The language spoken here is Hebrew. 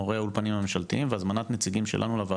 מורי האולפנים הממשלתיים והזמנת נציגים שלנו לוועדות,